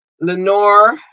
Lenore